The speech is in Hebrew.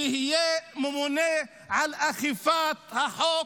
שיהיה ממונה על אכיפת החוק.